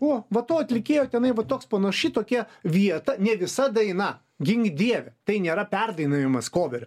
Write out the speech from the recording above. o va to atlikėjo tenai va toks panaši tokia vieta ne visa daina gink dieve tai nėra perdainavimas koverio